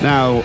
Now